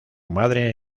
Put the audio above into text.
madre